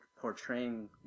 portraying